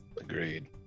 Agreed